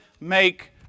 make